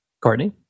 Courtney